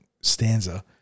stanza